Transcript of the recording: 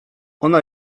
ona